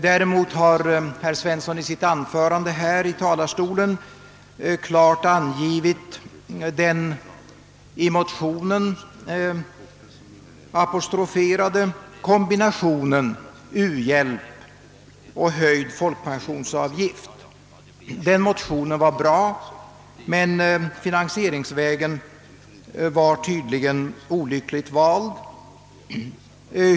Däremot har herr Svensson i sitt anförande här i talarstolen klart angivit den i motionen apostroferade kombinationen u-hjälp och höjd folkpensionsavgift. Motionen var bra men finansieringsvägen var tydligen olyckligt vald.